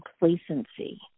complacency